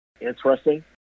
interesting